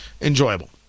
enjoyable